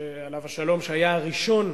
עליו השלום, שהיה הראשון,